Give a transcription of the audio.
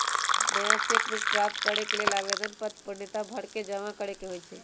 नया cheque book प्राप्त करेके लेल आवेदन पत्र पूर्णतया भरके जमा करेके होइ छइ